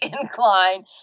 incline